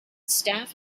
staff